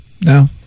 no